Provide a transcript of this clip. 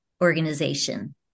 organization